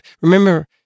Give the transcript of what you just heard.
Remember